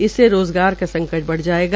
इससे रोज़गार का संकट बढ़ जायेगा